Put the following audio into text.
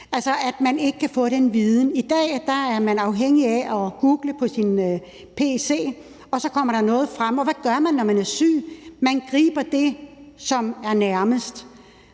viden kan man ikke få, som det er i dag. I dag er man afhængig af at google på sin pc, og så kommer der noget frem. Og hvad gør man, når man er syg? Man griber til det, som er nærmest,